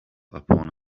upon